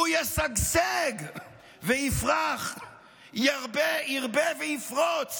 הוא ישגשג ויפרח, ירבה ויפרוץ